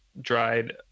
dried